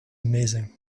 amazing